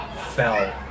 fell